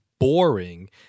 boring